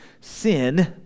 sin